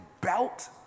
belt